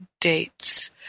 dates